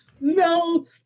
no